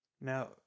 Now